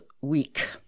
week